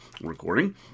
recording